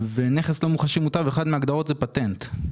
ונכס לא מוחשי מוטב אחת מהגדרות זה פטנט,